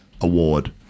award